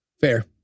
fair